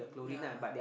ya